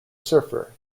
surfer